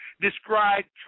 described